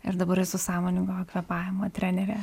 ir dabar esu sąmoningo kvėpavimo trenerė